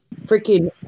freaking